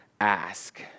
ask